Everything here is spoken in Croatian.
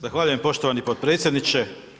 Zahvaljujem poštovani potpredsjedniče.